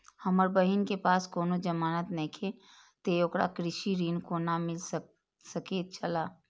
हमर बहिन के पास कोनो जमानत नेखे ते ओकरा कृषि ऋण कोना मिल सकेत छला?